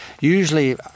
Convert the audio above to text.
usually